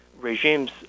regimes